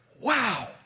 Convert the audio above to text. Wow